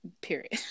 period